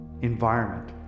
environment